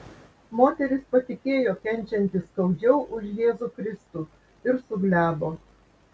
moteris patikėjo kenčianti skaudžiau už jėzų kristų ir suglebo